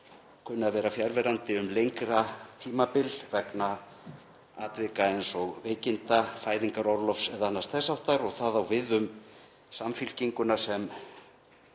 kunni að vera fjarverandi um lengra tímabil vegna atvika eins og veikinda, fæðingarorlofs eða annars þess háttar, og það á við um Samfylkinguna sem